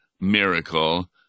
miracle